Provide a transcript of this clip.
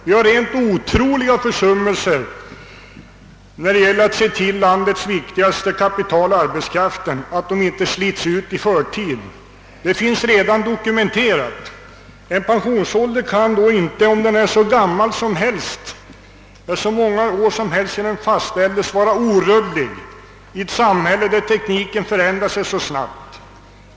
Det är rent otroliga försummelser som begås när det gäller att se till att arbetskraften, landets viktigaste kapital, inte slits ut i förtid — detta finns redan dokumenterat. En pensionsålder kan inte, den må ha gällt hur länge som helst, vara orubblig i ett samhälle där tekniken förändras så snabbt.